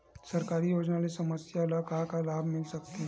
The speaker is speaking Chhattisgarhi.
सरकारी योजना ले समस्या ल का का लाभ मिल सकते?